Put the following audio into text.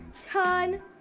turn